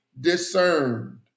discerned